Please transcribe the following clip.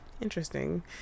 Interesting